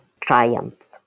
triumph